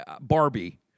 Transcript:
Barbie